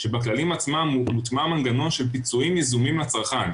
שבכללים עצמם מוטמע מנגנון של פיצויים יזומים לצרכן,